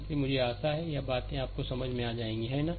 इसलिए मुझे आशा है कि यह बातें आपको समझ में आ जाएंगी है ना